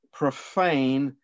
profane